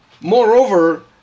moreover